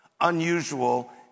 unusual